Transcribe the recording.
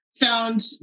found